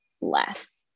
less